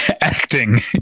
acting